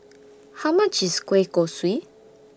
How much IS Kueh Kosui